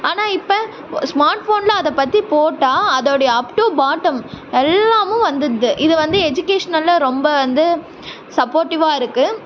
ஆனால் இப்போ ஸ்மார்ட் ஃபோனில் அதை பற்றி போட்டால் அதோடைய அப் டூ பாட்டம் எல்லாமும் வந்துருது இதை வந்து எஜிகேஷ்னலில் ரொம்ப வந்து சப்போர்ட்டிவ்வாக இருக்கு